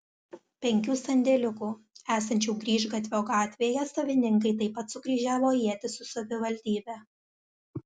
penkių sandėliukų esančių grįžgatvio gatvėje savininkai taip pat sukryžiavo ietis su savivaldybe